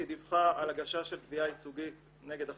היא דיווחה על הגשה של תביעה ייצוגית נגד החברה.